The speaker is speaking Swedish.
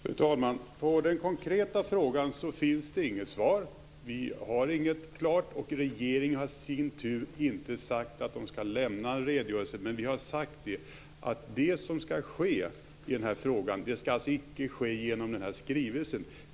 Fru talman! På den konkreta frågan finns det inget svar. Vi har ingenting klart, och regeringen har inte sagt att man skall lämna en redogörelse. Men vi har sagt att det som skall ske i den här frågan skall icke ske genom skrivelsen.